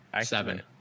Seven